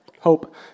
hope